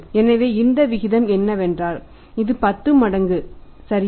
எனவே இந்த விகிதம் என்னவென்றால் இது 10 மடங்கு சரியா